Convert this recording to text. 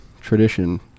tradition